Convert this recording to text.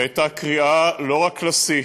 והיא הייתה קריאה לא רק לשיא